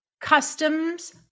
customs